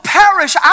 perish